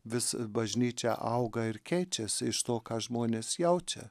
vis bažnyčia auga ir keičiasi iš to ką žmonės jaučia